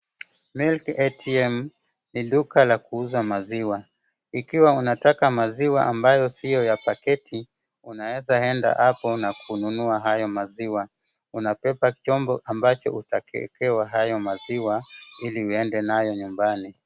milk ATM ni duka la kuuza maziwa. Ikiwa unataka maziwa ambayo siyo ya paketi, unaweza enda hapo na kununua haya maziwa. Unabeba chombo ambacho utakacho ekewa hayo maziwa ili uende nayo nyumbani.